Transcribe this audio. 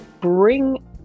bring